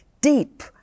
deep